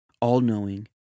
all-knowing